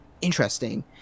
interesting